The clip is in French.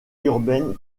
urbaine